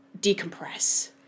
decompress